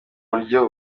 buryo